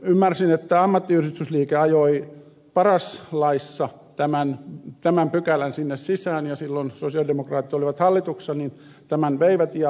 ymmärsin että ammattiyhdistysliike ajoi paras laissa tämän pykälän sinne sisään ja silloin sosialidemokraatit olivat hallituksessa ja tämän veivät